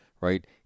right